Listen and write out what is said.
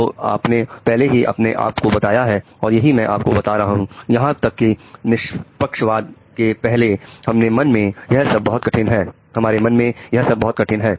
तो आपने पहले ही अपने आप को बताया है और यही मैं आपको बता रहा हूं यहां तक कि निष्पक्ष वाद के पहले हमारे मन में यह सब बहुत कठिन है